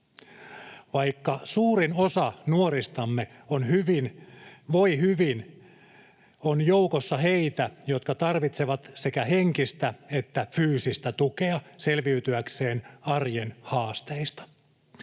Vaikka suurin osa nuoristamme voi hyvin, on joukossa heitä, jotka tarvitsevat sekä henkistä että fyysistä tukea selviytyäkseen arjen haasteista.